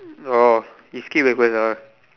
oh you skip breakfast ah